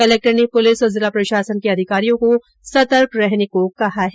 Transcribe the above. collector ने police और जिला प्रशासन के अधिकारियों को सतर्क रहने के निर्देश दिए हैं